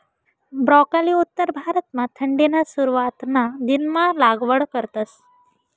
broccoli उत्तर भारतमा थंडीना सुरवातना दिनमा लागवड करतस